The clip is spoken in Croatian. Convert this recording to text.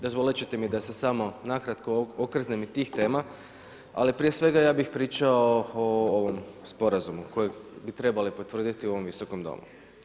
Dozvoliti ćete mi da se samo nakratko okrznem i tih tema, ali prije svega, ja bih pričao o ovom sporazumu kojeg bi trebali potvrditi u ovom visokom domu.